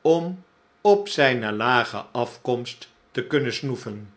om op zijne lage afkomst te kunnen snoeven